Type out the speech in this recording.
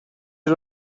you